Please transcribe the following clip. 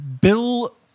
Bill